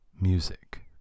Music